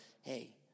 Hey